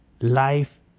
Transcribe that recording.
life